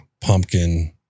pumpkin